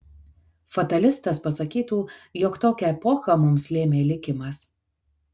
fatalistas pasakytų jog tokią epochą mums lėmė likimas